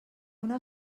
una